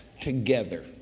together